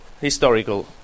historical